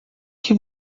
que